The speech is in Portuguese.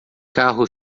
carro